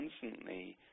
constantly